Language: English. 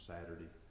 Saturday